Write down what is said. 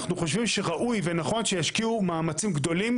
אנחנו חושבים שראוי ונכון שישקיעו מאמצים גדולים